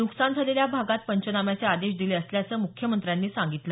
नुकसान झालेल्या भागात पंचनाम्याचे आदेश दिले असल्याचं मुख्यमंत्र्यांनी सांगितलं